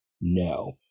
no